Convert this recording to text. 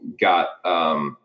got